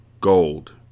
Gold